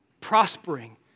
prospering